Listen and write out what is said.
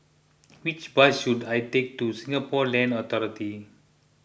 which bus should I take to Singapore Land Authority